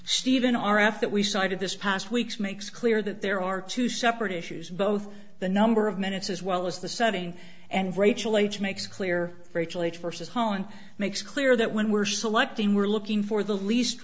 stephen r f that we cited this past week's makes clear that there are two separate issues both the number of minutes as well as the setting and rachel age makes clear virtually forces holland makes clear that when we're selecting we're looking for the least